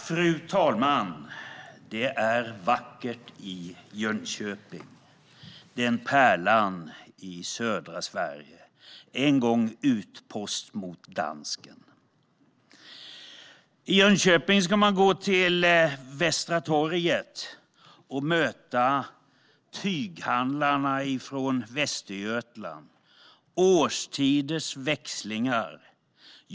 Fru talman! Det är vackert i Jönköping, pärlan i södra Sverige. En gång var Jönköping utpost mot dansken. I Jönköping ska man gå till Västra torget och möta tyghandlarna från Västergötland och årstiders växlingar.